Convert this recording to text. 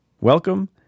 welcome